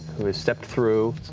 who has stepped through,